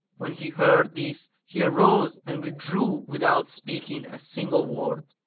when he heard this he arose and withdrew with out speaking a single word